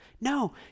No